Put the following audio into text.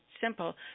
simple